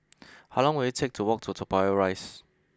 how long will it take to walk to Toa Payoh Rise